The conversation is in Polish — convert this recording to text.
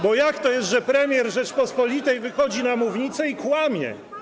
Bo jak to jest, że premier Rzeczypospolitej wychodzi na mównicę i kłamie?